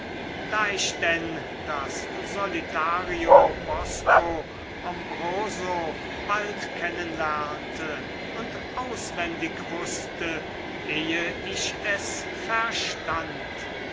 da ich denn das solitario bosco ombroso bald kennen lernte und auswendig wußte ehe ich es verstand